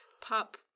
pop